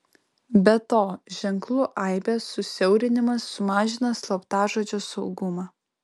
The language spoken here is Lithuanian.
be to ženklų aibės susiaurinimas sumažina slaptažodžio saugumą